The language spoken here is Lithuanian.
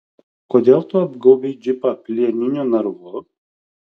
kodėl tu apgaubei džipą plieniniu narvu